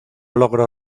logró